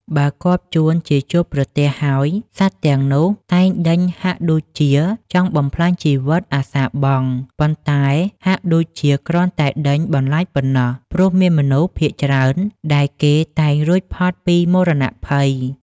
បើគាប់ចួនជាជួបប្រទះហើយ សត្វទាំងនោះតែងដេញហាក់ដូចជាចង់បំផ្លាញជីវិតអាសាបង់ ប៉ុន្តែហាក់ដូចជាគ្រាន់តែដេញបន្លាចប៉ុណ្ណោះ ព្រោះមានមនុស្សភាគច្រើនដែលគេតែងរួចពីមរណភ័យ ។